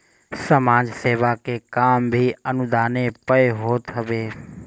समाज सेवा के काम भी अनुदाने पअ होत हवे